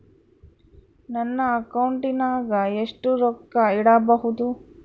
ನನ್ನ ಅಕೌಂಟಿನಾಗ ಎಷ್ಟು ರೊಕ್ಕ ಇಡಬಹುದು?